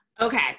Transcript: okay